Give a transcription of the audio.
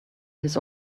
his